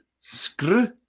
Screw